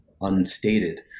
unstated